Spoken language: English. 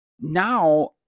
now